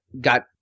got